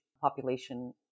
population